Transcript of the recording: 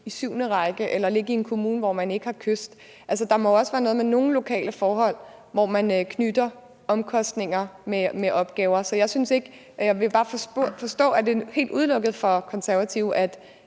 i syvende række eller ligge i en kommune, hvor man ikke har kyst. Der må jo også være noget med nogle lokale forhold, hvor man knytter omkostninger til opgaver. Så jeg skal bare forstå: Er det helt udelukket for De Konservative, at